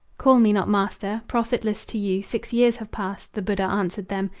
call me not master. profitless to you six years have passed, the buddha answered them,